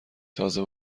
تازه